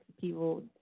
people